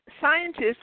scientists